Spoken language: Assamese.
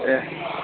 অ